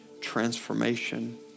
transformation